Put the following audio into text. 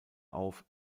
auf